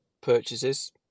purchases